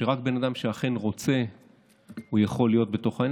שרק בן אדם שאכן רוצה יכול להיות בתוכו,